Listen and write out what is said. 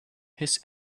his